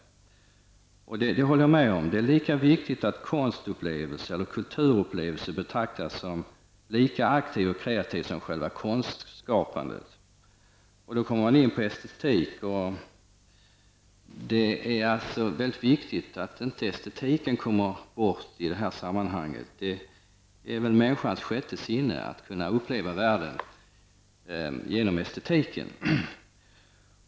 Det håller jag med om. Det är viktigt att konstupplevelser eller kulturupplevelser betraktas som lika aktivt och kreativt som själva skapandet av konsten. Man kommer då in på frågan om estetik. Det är mycket viktigt att estetiken inte kommer bort i detta sammanhang. Det är människans sjätte sinne att kunna uppleva världen genom estetiken.